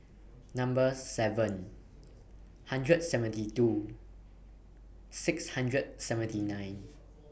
Number seven hundred seventy two six hundred seventy nine